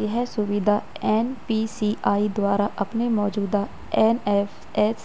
यह सुविधा एन.पी.सी.आई द्वारा अपने मौजूदा एन.एफ.एस